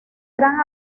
gran